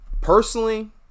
personally